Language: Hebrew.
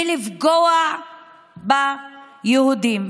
לפגוע ביהודים.